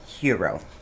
Hero